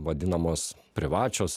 vadinamos privačios